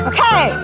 Okay